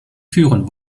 führen